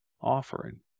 offering